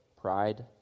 Pride